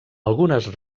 algunes